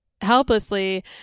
helplessly